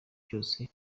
byose